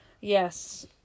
Yes